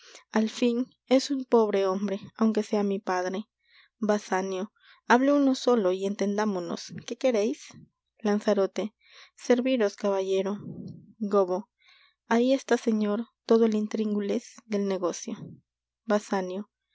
al fin es un pobre hombre aunque sea mi padre basanio hable uno solo y entendámonos qué quereis lanzarote serviros caballero gobbo ahí está señor todo el intríngulis del negocio